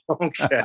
okay